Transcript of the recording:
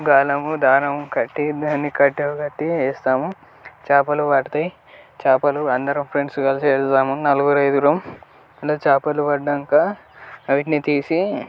గాలము దారము కట్టి దాని ఒక కట్టెకు కట్టి వేస్తాము చేపలు పడతాయి చేపలు అందరం ఫ్రెండ్స్ కలిసి ఎత్తుతాము అందరం నలుగురు ఐదుగురం కలిసి చేపలు పడ్డాక వీటిని తీసి